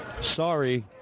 Sorry